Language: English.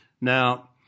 Now